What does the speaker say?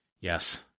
yes